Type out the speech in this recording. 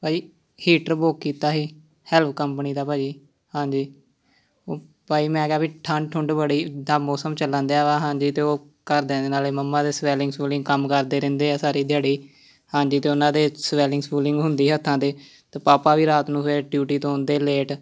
ਭਾਅ ਜੀ heater book ਕੀਤਾ ਸੀ ਹੈਲਪ ਕੰਪਨੀ ਦਾ ਭਾਅ ਜੀ ਹਾਂਜੀ ਭਾਅ ਜੀ ਮੈਂ ਕਿਹਾ ਵੀ ਠੰਡ ਠੁੰਡ ਬੜੀ ਦਾ ਮੌਸਮ ਚੱਲਣ ਦਿਆ ਵਾ ਹਾਂਜੀ ਅਤੇ ਉਹ ਘਰਦਿਆਂ ਦੇ ਨਾਲੇ ਮੰਮਾ ਦੇ ਸਵੈਲਿੰਗ ਸਵੂਲਿੰਗ ਕੰਮ ਕਰਦੇ ਰਹਿੰਦੇ ਆ ਸਾਰੀ ਦਿਹਾੜੀ ਹਾਂਜੀ ਅਤੇ ਉਹਨਾਂ ਦੇ ਸਵੈਲਿੰਗ ਸਵੂਲਿੰਗ ਹੁੰਦੀ ਹੱਥਾਂ 'ਤੇ ਅਤੇ ਪਾਪਾ ਵੀ ਰਾਤ ਨੂੰ ਫਿਰ ਡਿਊਟੀ ਤੋਂ ਆਉਂਦੇ ਲੇਟ